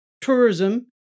tourism